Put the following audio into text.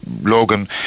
Logan